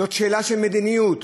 זאת שאלה של מדיניות.